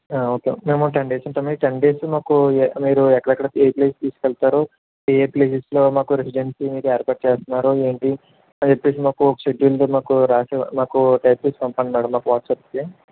okay మేము ఓ ten days ఉంటాము ఈ టెన్ డేస్ మాకు మీరు ఏకడెక్కడ ఏయే ప్లేసెస్ తీసుకు వెళ్తారు ఏ ప్లేసులో మాకు రెసిడెన్సీ ఏర్పాటు చేస్తున్నారు ఏంటి అని చెప్పేసి మాకు ఒక షెడ్యూల్గా మాకు రాసి మాకు టైప్ చేసి పంపండి మ్యాడం మాకు వాట్సప్కి